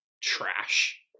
trash